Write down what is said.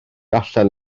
allan